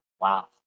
wow